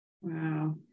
Wow